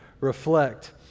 reflect